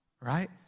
right